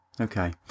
okay